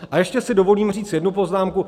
A ještě si dovolím říct jednu poznámku.